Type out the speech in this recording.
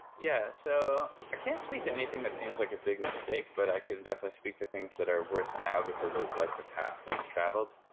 yeah. i so can't speak to anything that seems like a big mistake, but i could definitely speak to things that are worse now because of like the path we've traveled.